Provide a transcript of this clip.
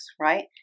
right